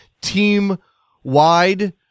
team-wide